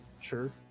sure